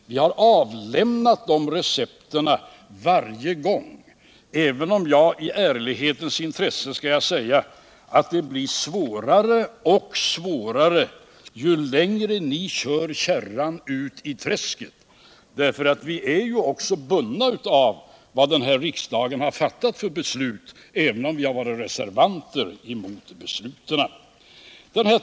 Vi har avlämnat våra recept upprepade gånger, även om jag i ärlighetens intresse skall säga att det blir svårare och svårare ju längre ni kör kärran ut i träsket. Vi är ju bundna av de beslut som denna riksdag har fattat, även om vi har reserverat oss mot besluten.